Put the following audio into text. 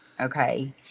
okay